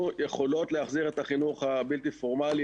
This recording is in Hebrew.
יכולות להחזיר את החינוך הבלתי פורמלי,